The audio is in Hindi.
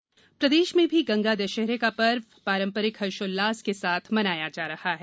गंगा दशहरा प्रदेश में भी गंगा दशहरा का पर्व पारंपरिक हर्षोल्लास के साथ मनाया जा रहा है